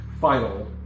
final